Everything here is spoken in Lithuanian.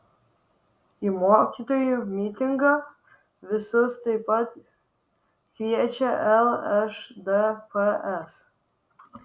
į mokytojų mitingą visus taip pat kviečia lšdps